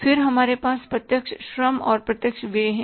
फिर हमारे पास प्रत्यक्ष श्रम और प्रत्यक्ष व्यय हैं